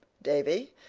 davy,